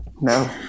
No